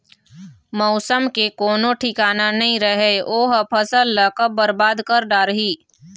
मउसम के कोनो ठिकाना नइ रहय ओ ह फसल ल कब बरबाद कर डारही